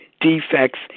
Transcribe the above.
defects